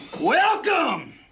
Welcome